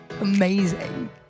Amazing